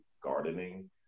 gardening